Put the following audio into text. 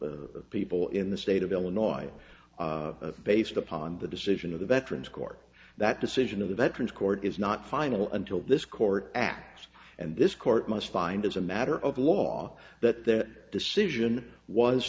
ethics people in the state of illinois based upon the decision of the veterans court that decision of the veterans court is not final until this court act and this court must find as a matter of law that their decision was